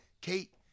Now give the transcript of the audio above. Kate